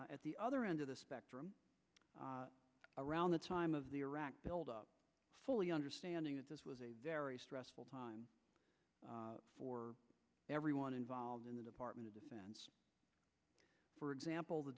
at the other end of the spectrum around the time of the iraq buildup fully understanding that this was a very stressful time for everyone involved in the department of defense for example the